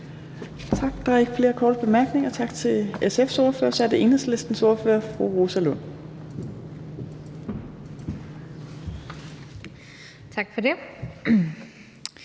Tak. Der er ikke flere korte bemærkninger. Tak til SF's ordfører. Så er det Enhedslistens ordfører, fru Rosa Lund. Kl.